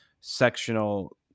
sectional